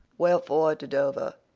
wherefore to dover?